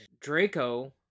draco